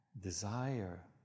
desire